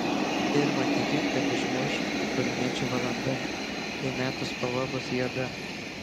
irma tiki kad išmuš brunečių valanda kai metų spalva bus juoda